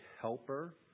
helper